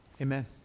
amen